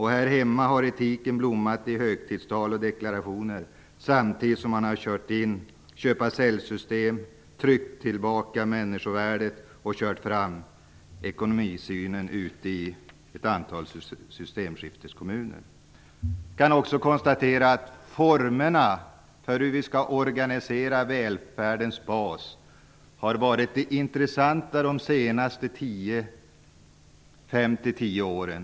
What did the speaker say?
Här hemma har etiken blommat i högtidstal och deklarationer, samtidigt som man har infört köp-och-sälj-system, tryckt tillbaka människovärdet och kört fram ekonomisynen ute i ett antal systemskifteskommuner. Jag kan också konstatera att formerna för hur vi i Sverige skall organisera välfärdens bas har varit det intressanta de senaste fem-tio åren.